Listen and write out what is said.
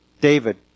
David